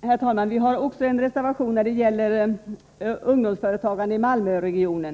Herr talman! Vi har också en reservation beträffande ungdomsföretagande i Malmöregionen.